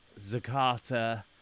Zakata